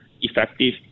effective